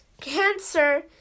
cancer